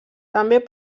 també